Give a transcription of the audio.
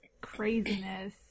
craziness